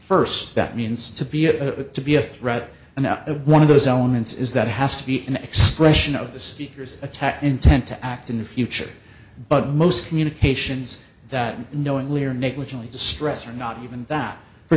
first that means to be a to be a threat and now one of those elements is that it has to be an expression of the speaker's attack intent to act in the future but most communications that knowingly or negligently distress are not even that for